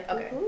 Okay